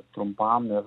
trumpam ir